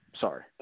Sorry